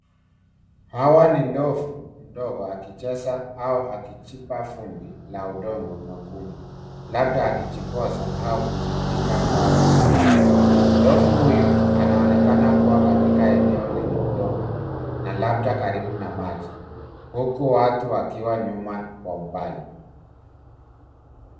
Hawa ni ndovu, mdogo akicheza au akichimba vumbi la udongo mwekundu. Labda akijipoza, au kujikinga na wadudu. Ndovu huyu, anaonekana kuwa katika eneo lenye udongo. Na labda karibu na maji. Huku watu wakiwa nyuma kwa umbali.